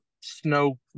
Snow